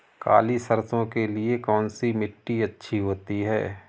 काली सरसो के लिए कौन सी मिट्टी अच्छी होती है?